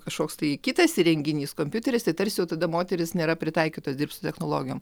kažkoks tai kitas įrenginys kompiuteris tai tarsi jau tada moterys nėra pritaikytos dirbt su technologijom